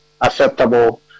acceptable